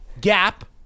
GAP